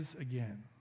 again